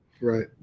Right